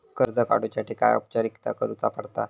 कर्ज काडुच्यासाठी काय औपचारिकता करुचा पडता?